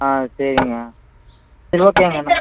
ஆ சரிங்க சரி ஓகேங்க நான்